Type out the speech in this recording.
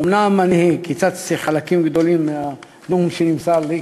אומנם קיצצתי חלקים גדולים מהנאום שנמסר לי,